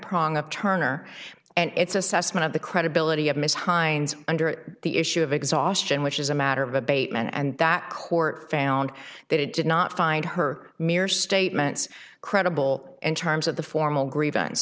prong of turner and its assessment of the credibility of ms hines under the issue of exhaustion which is a matter of abatement and that court found that it did not find her mere statements credible in terms of the formal griev